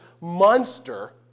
monster